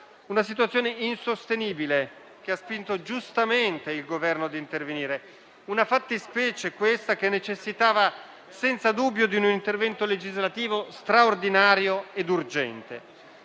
una situazione insostenibile che ha spinto giustamente il Governo a intervenire. È una fattispecie questa che necessitava senza dubbio un intervento legislativo straordinario e urgente